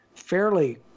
fairly